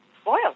spoiled